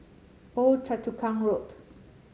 Old Choa Chu Kang Road